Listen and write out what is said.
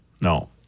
No